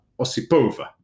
Osipova